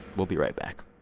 we'll be right back